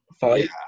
fight